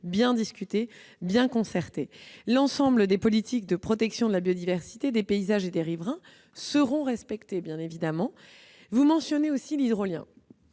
discutés, concertés. L'ensemble des politiques de protection de la biodiversité, des paysages et des riverains seront respectées, bien évidemment. Vous mentionnez l'hydrolien.